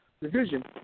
Division